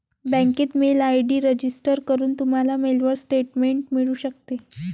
बँकेत mail ID register करून, तुम्हाला मेलवर स्टेटमेंट मिळू शकते